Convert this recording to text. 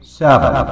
seven